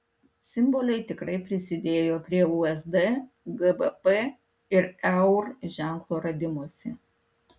simboliai tikrai prisidėjo prie usd gbp ir eur ženklų radimosi